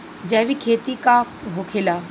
जैविक खेती का होखेला?